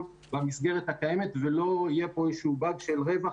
במסגרת הקיימת ולא יהיה פה איזשהו באג של רווח,